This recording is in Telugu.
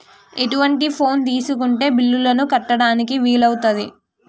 ఎటువంటి ఫోన్ తీసుకుంటే బిల్లులను కట్టడానికి వీలవుతది?